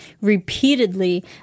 repeatedly